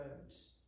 roads